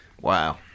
Wow